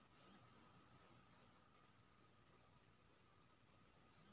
गणितीय मॉडलिंग केँ सहो वित्तीय मॉडलिंग कहल जा सकैत छै